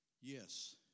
Yes